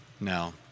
now